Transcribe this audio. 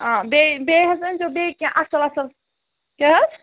آ بیٚیہِ بیٚیہِ حظ أنۍزیو بیٚیہِ کیٚنٛہہ اَصٕل اَصٕل کیٛاہ حظ